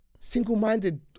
Single-minded